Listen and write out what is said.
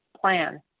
plan